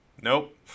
Nope